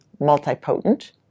multipotent